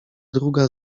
druga